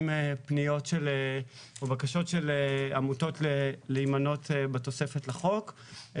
פנויות ובקשות של עמותות להימנות בתוספת לחוק,